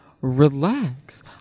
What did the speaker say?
Relax